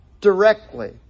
directly